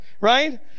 right